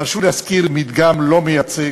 תרשו לי להזכיר מדגם לא מייצג,